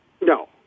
No